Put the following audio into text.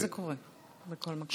זה קורה בכל מקום.